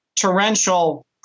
torrential